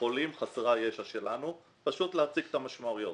לחולים חסרי הישע שלנו, פשוט להציג את המשמעויות.